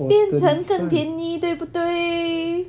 变成更便宜对不对